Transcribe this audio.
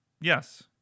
Yes